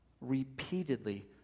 repeatedly